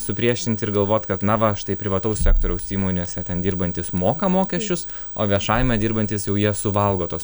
supriešint ir galvot kad na va štai privataus sektoriaus įmonėse ten dirbantys moka mokesčius o viešajame dirbantys jau jie suvalgo tuos